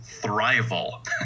thrival